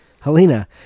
Helena